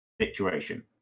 situation